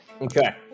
Okay